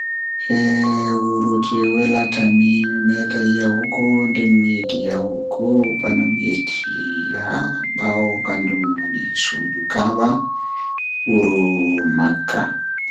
Eh wuro jei welatami mi mimedai yahugo nden mi yidi yahugo bano mi yecci haa baawo kanjum woni kaaba wuro makka.